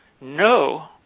no